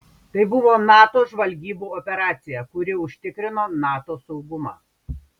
tai buvo nato žvalgybų operacija kuri užtikrino nato saugumą